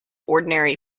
ordinary